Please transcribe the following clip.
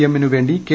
എമ്മിനുവേണ്ടി K